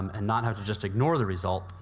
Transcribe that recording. and not have to just ignore the result,